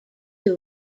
who